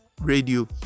radio